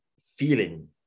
feeling